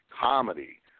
comedy